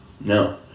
No